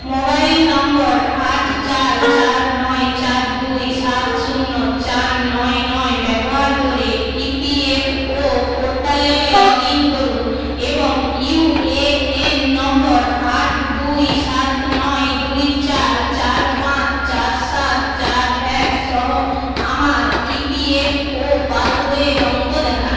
mobile নম্বর আট চার চার নয় চার দুই সাত শূন্য চার নয় নয় ব্যবহার করে ইপিএফও পোর্টালে লগ ইন করুন এবং ইউএএন নম্বর আট দুই সাত নয় দুই চার চার পাঁচ চার সাত চার এক সহ আমার ইপিএফও পাসবইয়ের অঙ্ক দেখান